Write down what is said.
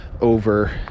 over